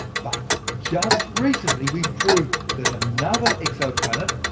but just recently, we proved that another exoplanet,